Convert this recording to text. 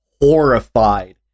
horrified